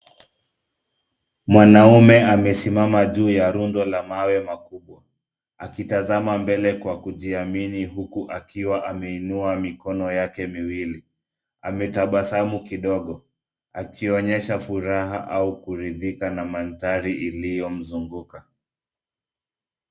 Mwanaume amesimama juu ya rundo la mawe makubwa, akitazama mbele kwa kujiamini huku akiwa ameinua mikono yake miwili. Ametabasamu kidogo, akionyesha furaha au kuridhika na mandhari iliyomzunguka.